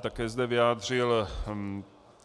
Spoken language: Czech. Také zde vyjádřil